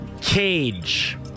Cage